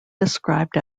described